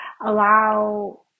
allow